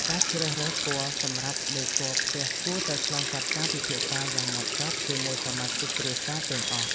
ការជ្រើសរើសពណ៌សម្រាប់ដេគ័រផ្ទះគួរតែឆ្លងកាត់ការពិភាក្សាយ៉ាងម៉ត់ចត់ជាមួយសមាជិកគ្រួសារទាំងអស់។